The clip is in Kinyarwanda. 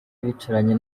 bicaranye